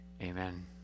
Amen